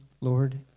Lord